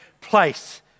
place